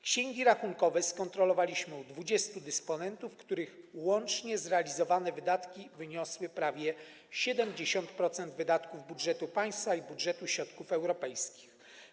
Księgi rachunkowe skontrolowaliśmy u 20 dysponentów, których łącznie zrealizowane wydatki wyniosły prawie 70% wydatków budżetu państwa i budżetu środków europejskich.